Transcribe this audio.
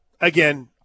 again